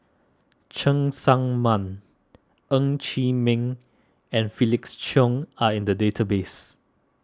Cheng Tsang Man Ng Chee Meng and Felix Cheong are in the database